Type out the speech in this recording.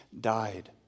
died